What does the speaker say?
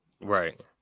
Right